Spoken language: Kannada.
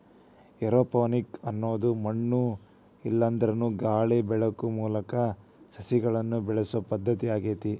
ಏರೋಪೋನಿಕ್ಸ ಅನ್ನೋದು ಮಣ್ಣು ಇಲ್ಲಾಂದ್ರನು ಗಾಳಿ ಬೆಳಕು ಮೂಲಕ ಸಸಿಗಳನ್ನ ಬೆಳಿಸೋ ಪದ್ಧತಿ ಆಗೇತಿ